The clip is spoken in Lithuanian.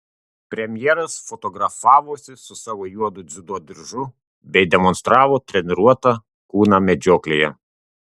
premjeras fotografavosi su savo juodu dziudo diržu bei demonstravo treniruotą kūną medžioklėje